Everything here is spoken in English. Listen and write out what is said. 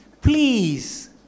please